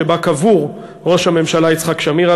שבה קבור ראש הממשלה יצחק שמיר,